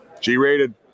G-rated